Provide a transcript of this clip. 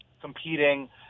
competing